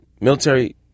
military